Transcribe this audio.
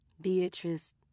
Beatrice